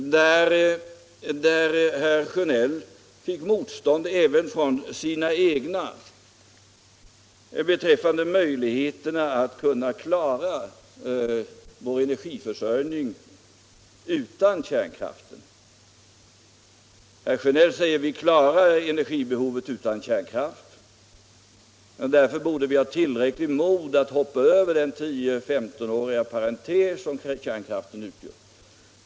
Vid mötet fick herr Sjönell motstånd även från sina egna beträffande möjligheterna att klara vår energiförsörjning utan kärnkraften. Herr Sjönell säger att vi klarar energibehovet utan kärnkraft. Därför borde vi ha tillräckligt mod att hoppa över den 10-15-åriga parentes som kärnkraften representerar.